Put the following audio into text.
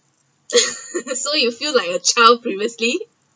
so you feel like a child previously